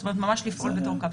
ממש לפעול בתור קפסולה.